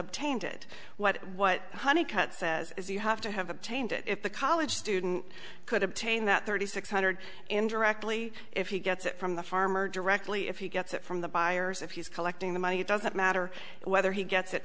obtained it what what honey cut says if you have to have obtained it if the college student could obtain that thirty six hundred indirectly if he gets it from the farmer directly if he gets it from the buyers if he's collecting the money it doesn't matter whether he gets it